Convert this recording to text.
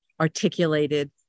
articulated